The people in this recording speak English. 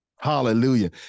Hallelujah